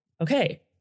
okay